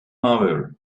over